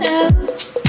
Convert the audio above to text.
else